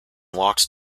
walks